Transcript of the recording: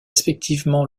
respectivement